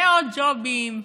ועוד ג'ובים,